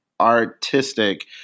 artistic